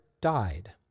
died